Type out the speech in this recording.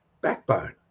backbone